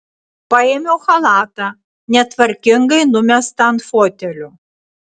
paėmiau chalatą netvarkingai numestą ant fotelio